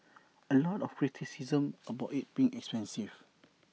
A lot of criticism about IT being expensive